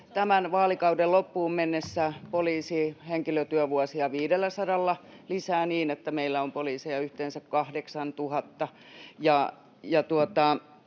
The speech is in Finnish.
tämän vaalikauden loppuun mennessä poliisihenkilötyövuosia 500:lla lisää niin, että meillä on poliiseja yhteensä 8 000.